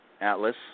Atlas